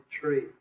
tree